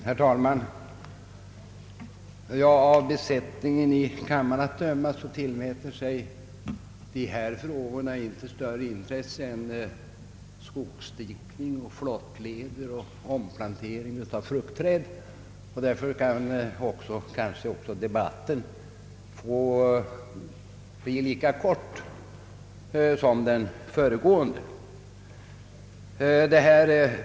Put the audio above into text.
Herr talman! Av besättningen i kammaren att döma tilldrar sig dessa frågor inte större intresse än skogsdikning, flottleder och omplantering av fruktträd, och därför kan kanske också debatten få bli lika kort som den föregående.